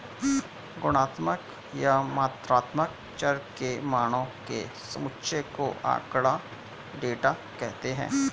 गुणात्मक या मात्रात्मक चर के मानों के समुच्चय को आँकड़ा, डेटा कहते हैं